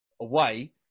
away